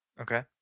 okay